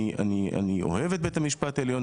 אני אוהב את בית המשפט העליון,